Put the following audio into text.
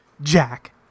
Jack